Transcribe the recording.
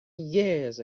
years